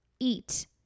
Eat